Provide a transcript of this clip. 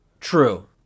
True